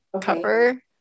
cover